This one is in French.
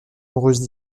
amoureuses